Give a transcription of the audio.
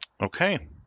Okay